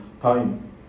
time